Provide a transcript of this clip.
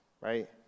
right